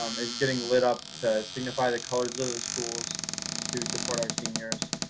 um is getting lit up to signify the colors of the schools to support our seniors,